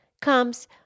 comes